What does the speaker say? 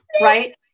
right